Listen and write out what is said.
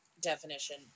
definition